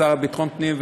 השר לביטחון פנים,